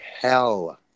hell